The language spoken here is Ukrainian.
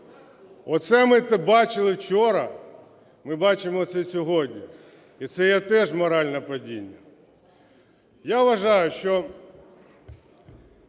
Оце ми бачили вчора, ми бачимо це сьогодні. І це є теж моральне падіння. Я вважаю, що…